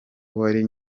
wari